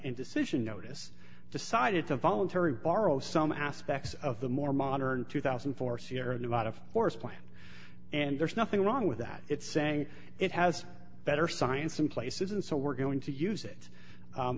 and decision notice decided to voluntary borrow some aspects of the more modern two thousand and four dollars sierra nevada forest plan and there's nothing wrong with that it's saying it has better science in places and so we're going to use it